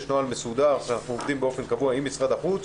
יש נוהל מסודר שאנחנו עובדים לפיו באופן קבוע עם משרד החוץ.